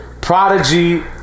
Prodigy